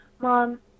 Mom